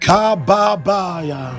Kababaya